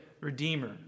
Redeemer